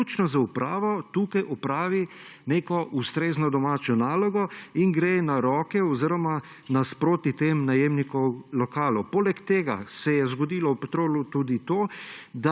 vključno z upravo tukaj opravi neko ustrezno domačo nalogo in gre na roke oziroma naproti tem najemnikov lokalov. Poleg tega se je zgodilo Petrolu tudi to,